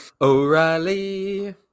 O'Reilly